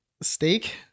steak